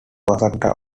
presenter